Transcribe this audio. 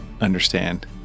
understand